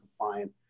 compliant